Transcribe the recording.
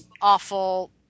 awful